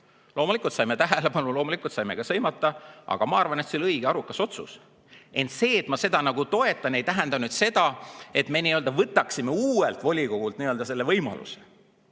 Loomulikult me saime tähelepanu, loomulikult saime ka sõimata, aga ma arvan, et see oli õige ja arukas otsus. Ent see, et ma seda toetan, ei tähenda seda, et me võtaksime uuelt volikogult selle võimaluse.